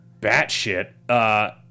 batshit